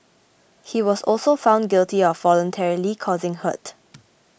he was also found guilty of voluntarily causing hurt